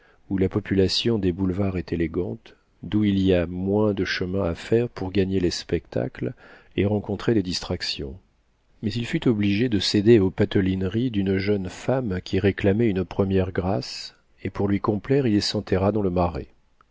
où la population des boulevards est élégante d'où il y a moins de chemin à faire pour gagner les spectacles et rencontrer des distractions mais il fut obligé de céder aux patelineries d'une jeune femme qui réclamait une première grâce et pour lui complaire il s'enterra dans le marais